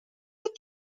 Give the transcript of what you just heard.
that